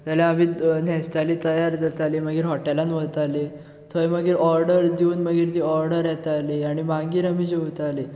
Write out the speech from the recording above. जाल्यार आमी न्हेसतालीं तयार जातालीं मागीर हॉटेलांत वतालीं थंय मागीर ती ऑर्डर दिवन मागीर ती ऑर्डर येताली आनी मागीर आमी जेवतालीं